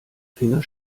finger